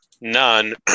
none